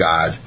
God